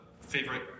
favorite